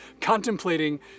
contemplating